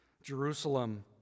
Jerusalem